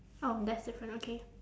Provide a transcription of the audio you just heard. oh that's different okay